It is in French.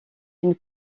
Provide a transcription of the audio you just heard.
une